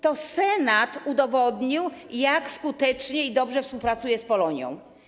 To Senat udowodnił, jak skutecznie i dobrze współpracuje z Polonią.